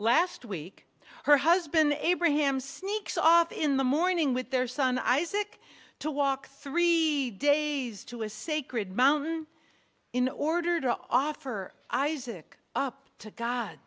last week her husband abraham sneaks off in the morning with their son isaac to walk three days to a sacred mountain in order to offer isaac up to god